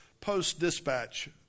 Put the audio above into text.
Post-Dispatch